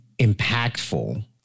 impactful